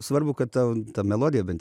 svarbu kad tau ta melodija bent